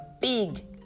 big